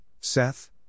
Seth